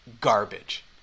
garbage